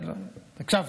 הקשבתי.